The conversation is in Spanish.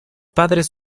padres